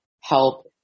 help